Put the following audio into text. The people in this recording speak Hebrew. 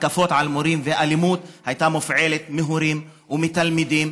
התקפות על מורים ואלימות הופעלו מהורים ומתלמידים,